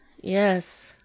yes